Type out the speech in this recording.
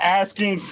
asking